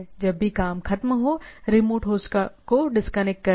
जब भी काम खत्म हो रिमोट होस्ट को डिस्कनेक्ट कर दें